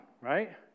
right